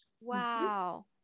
Wow